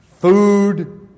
food